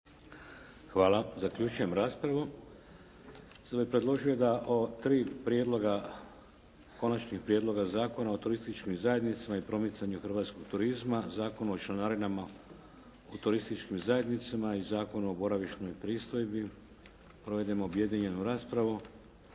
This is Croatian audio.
**Šeks, Vladimir (HDZ)** Sada bih predložio da tri Konačna prijedloga Zakona o turističkim zajednicama i promicanju hrvatskog turizma, Zakon o članarinama u turističkim zajednicama i Zakon o boravišnoj pristojbi provedemo objedinjenu raspravu.